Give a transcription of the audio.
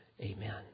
Amen